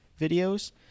videos